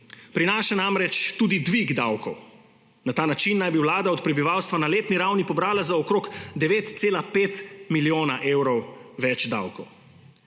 Prinaša namreč tudi dvig davkov. Na ta način naj bi vlada od prebivalstva na letni ravni pobrala za okoli 9,5 milijona evrov več davkov.